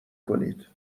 کنید